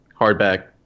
hardback